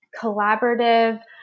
collaborative